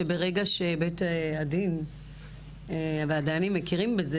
שברגע שבית הדין והדיינים מכירים בזה